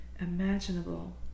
imaginable